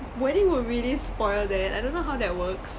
wedding would really spoil that I don't know how that works